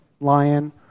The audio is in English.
lion